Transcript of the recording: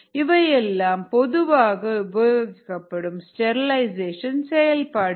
இவையெல்லாம் பொதுவாக உபயோகிக்கப்படும் ஸ்டெர்லைசேஷன் செயல்பாடுகள்